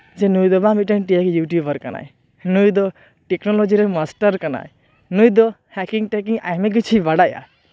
ᱱᱩᱭ ᱫᱚ ᱵᱟᱝ ᱴᱤ ᱟᱭ ᱤᱭᱩᱴᱩᱵᱟᱨ ᱠᱟᱱᱟᱭ ᱱᱩᱭ ᱫᱚ ᱴᱮᱠᱱᱳᱞᱚᱡᱤ ᱨᱮᱱ ᱢᱟᱥᱴᱟᱨ ᱠᱟᱱᱟᱭ ᱱᱩᱭ ᱫᱚ ᱦᱮᱠᱤᱝ ᱴᱮᱠᱤᱝ ᱟᱭᱢᱟ ᱠᱤᱪᱷᱩ ᱵᱟᱲᱟᱭᱟ